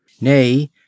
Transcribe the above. Nay